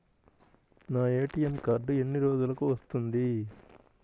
నా ATM card ఎన్ని రోజులకు వస్తుంది?